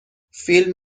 فیلم